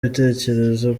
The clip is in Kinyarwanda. ibitekerezo